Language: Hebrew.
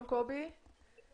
קובי בבקשה.